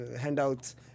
handouts